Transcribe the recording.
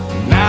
Now